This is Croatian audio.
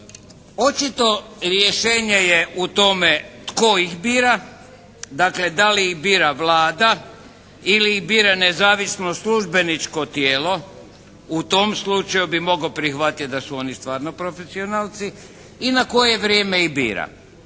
Očito rješenje je u tome tko ih bira, dakle da li ih bira Vlada ili ih bira nezavisno službeničko tijelo. U tom slučaju bih mogao prihvatiti da su oni stvarno profesionalci i na koje vrijeme ih bira.